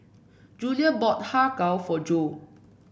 Julio bought Har Kow for Jo